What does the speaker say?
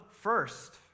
first